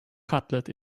cutlet